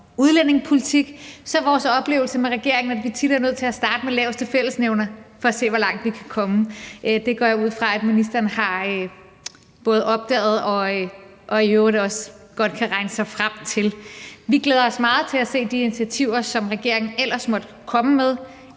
udlændingepolitik, er vores oplevelse med regeringen, at vi tit er nødt til at starte med laveste fællesnævner for at se, hvor langt vi kan komme. Det går jeg ud fra at ministeren har opdaget og i øvrigt også godt kan regne sig frem til. Vi glæder os meget til at se de initiativer, som regeringen ellers måtte komme med.